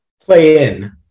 Play-in